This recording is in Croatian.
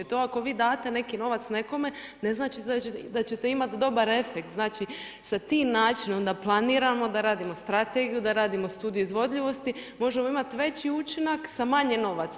To ako vi date neki novac nekome ne znači da ćete imati dobar efekt, znači sa tim načinom da planiramo, da radimo strategiju, da radimo studiju izvodljivosti možemo imati veći učinak sa manje novaca.